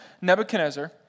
Nebuchadnezzar